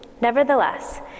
Nevertheless